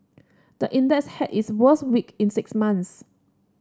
the index had its worst week in six months